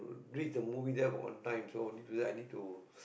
uh reach the movie there on time so need to do that I need to